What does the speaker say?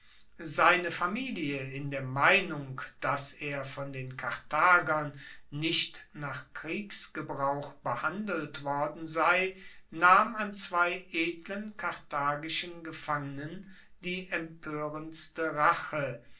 seine familie in der meinung dass er von den karthagern nicht nach kriegsgebrauch behandelt worden sei nahm an zwei edlen karthagischen gefangenen die empoerendste rache